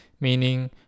meaning